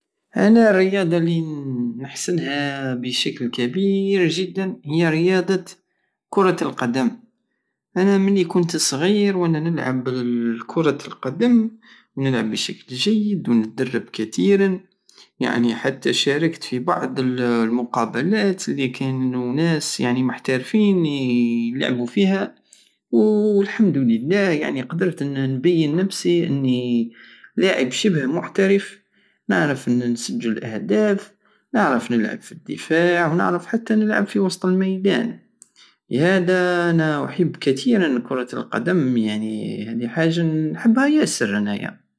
انا الرياضة الي نحسنها بشكل كبير جدا هي رياضة كرة القدم انا ملي كنت صغير وانا نلعب كرة القدم ونلعب بشكل جيد وندرب كتيرا يعني حتى شاركت في بعض المقابلات الي كانو ناس محتارفين يلعبو فيها والحمد لله يعني قدرت نبين نفسي لاعب شبه محترف نعرف نسجل الاهداف نعرف نلعب في الدفاع نعرف حتى نلعب في وسط الميدان لهادا انا احب كتيرا كرة القدم هدي حاجة نحبها ياسر انايا